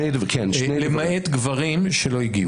למעט גברים שלא הגיעו.